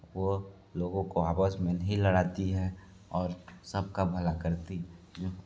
वो लोगों को आपस में नहीं लड़ाती है और सबका भला करती जो